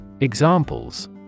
examples